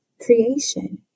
creation